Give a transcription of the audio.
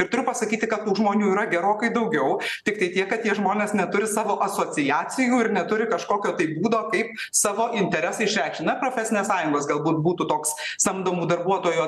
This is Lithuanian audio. ir turiu pasakyti kad tų žmonių yra gerokai daugiau tiktai tiek kad tie žmonės neturi savo asociacijų ir neturi kažkokio tai būdo kaip savo interesą išreikšti na profesinės sąjungos galbūt būtų toks samdomų darbuotojų